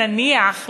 נניח,